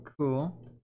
cool